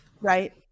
right